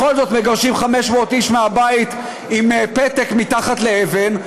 בכל זאת מגרשים 500 איש מהבית עם פתק מתחת לאבן.